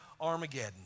Armageddon